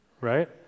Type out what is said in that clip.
right